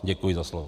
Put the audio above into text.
Děkuji za slovo.